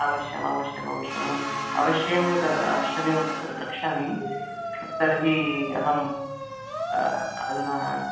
अवश्यमवश्यमवश्यमहम् अवश्यमेव दा अवश्यमेव तत्र द्रक्ष्यामि तर्हि अहम् आधुना